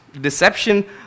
Deception